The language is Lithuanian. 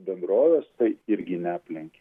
bendroves tai irgi neaplenkė